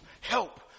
help